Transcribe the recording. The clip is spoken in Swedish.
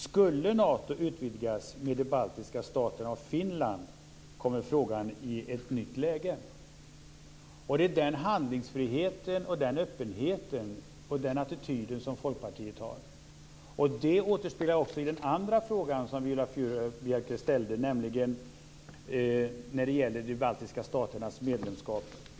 Skulle Nato utvidgas med de baltiska staterna och Finland kommer frågan i ett nytt läge." Det är den handlingsfriheten, den öppenheten och den attityden som Folkpartiet har. Det återspeglas också i den andra fråga som Viola Furubjelke ställer, nämligen om de baltiska staternas medlemskap.